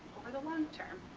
over the long term.